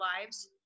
lives